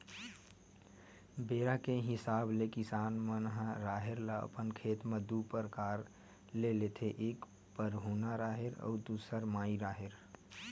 बेरा के हिसाब ले किसान मन ह राहेर ल अपन खेत म दू परकार ले लेथे एक हरहुना राहेर अउ दूसर माई राहेर